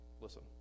listen